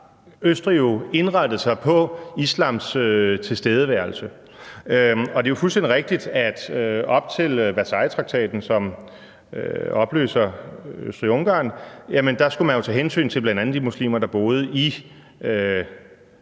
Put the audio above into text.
Østrig jo indrettet sig på islams tilstedeværelse. Det er fuldstændig rigtigt, at op til Versaillestraktaten, som opløser Østrig-Ungarn, skulle man jo tage hensyn til bl.a. de muslimer, der boede i Bosnien